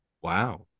Wow